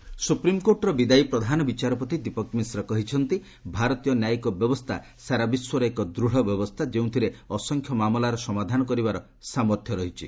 CJI ଫେୟାର୍ ସୁପ୍ରିମ୍କୋର୍ଟର ବିଦାୟୀ ପ୍ରଧାନ ବିଚାରପତି ଦୀପକ୍ ମିଶ୍ର କହିଛନ୍ତି ଭାରତୀୟ ନ୍ୟାୟିକ ବ୍ୟବସ୍ଥା ସାରା ବିଶ୍ୱରେ ଏକ ଦୂଢ଼ ବ୍ୟବସ୍ଥା ଯେଉଁଥିରେ ଅସଂଖ୍ୟ ମାମଲାର ସମାଧାନ କରିବାର ସାମର୍ଥ୍ୟ ରହିଛି